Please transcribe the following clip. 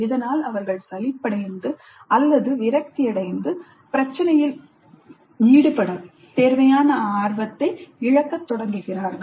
இதனால் அவர்கள் சலிப்படைந்து அல்லது விரக்தியடைந்து பிரச்சினையில் ஈடுபடத் தேவையான ஆர்வத்தை இழக்கத் தொடங்குகிறார்கள்